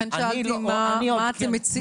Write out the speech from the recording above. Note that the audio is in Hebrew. לכן שאלתי מה אתם מציעים?